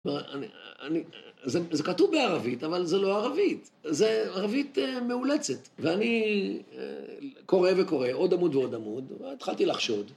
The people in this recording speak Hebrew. זה כתוב בערבית, אבל זה לא ערבית, זה ערבית מאולצת. ואני קורא וקורא, עוד עמוד ועוד עמוד, והתחלתי לחשוד.